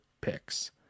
picks